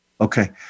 Okay